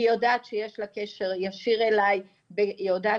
היא יודעת שיש לה קשר ישיר אליי והיא יודעת